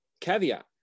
caveat